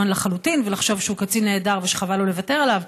לחלוטין ולחשוב שהוא קצין נהדר ושחבל לו לוותר עליו,